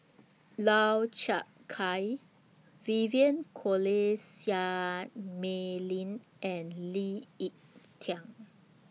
Lau Chiap Khai Vivien Quahe Seah Mei Lin and Lee Ek Tieng